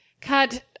Cut